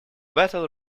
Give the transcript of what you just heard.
battle